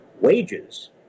Wages